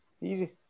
Easy